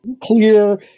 clear